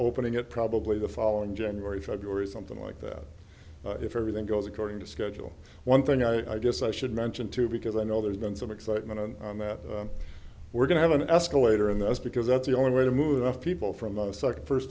opening it probably the following january february something like that if everything goes according to schedule one thing i guess i should mention too because i know there's been some excitement and that we're going to have an escalator and that's because that's the only way to move off people from the second first